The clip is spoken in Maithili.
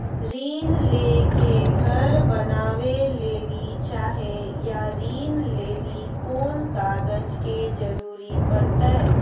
ऋण ले के घर बनावे लेली चाहे या ऋण लेली कोन कागज के जरूरी परतै?